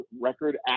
record